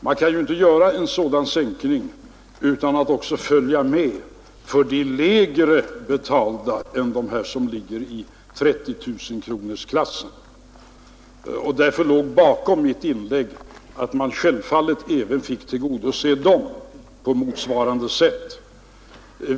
Man kan inte göra en sådan sänkning utan att också ta med de lägre betalda än dessa som befinner sig i 30 000-kronorsklassen. Därför låg bakom mitt inlägg att man självfallet skulle tillgodose dem på motsvarande sätt.